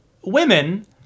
women